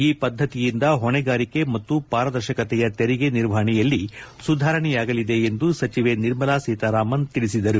ಈ ಪದ್ದತಿಯಿಂದ ಹೊಣೆಗಾರಿಕೆ ಮತ್ತು ಪಾರದರ್ಶಕತೆಯ ತೆರಿಗೆ ನಿರ್ವಹಣೆಯಲ್ಲಿ ಸುಧಾರಣೆಯಾಗಲಿದೆ ಎಂದು ಸಚಿವೆ ನಿರ್ಮಲಾ ಸೀತಾರಾಮನ್ ತಿಳಿಸಿದರು